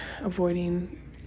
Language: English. avoiding